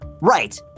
Right